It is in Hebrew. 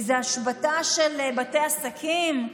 איזה השבתה של בתי עסקים,